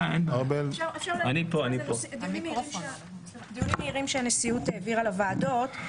107). העברה לדיון מוועדת העבודה והרווחה לוועדת הבריאות.